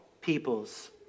peoples